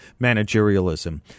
managerialism